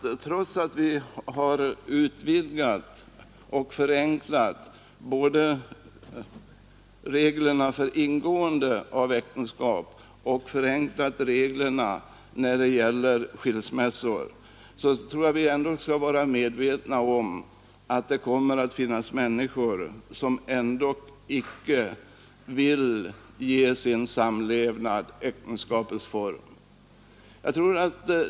Trots att vi har förenklat både reglerna för ingående av äktenskap och skilsmässoreglerna kommer det även i fortsättningen att finnas människor som inte vill ge sin samlevnad äktenskapets form.